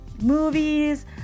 movies